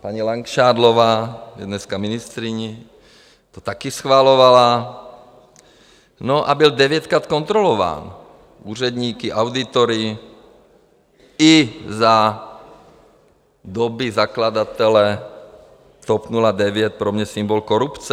Paní Langšádlová je dneska ministryní, ta to také schvalovala, a byl devětkrát kontrolován úředníky, auditory i za doby zakladatele TOP 09, pro mě symbol korupce.